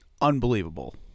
unbelievable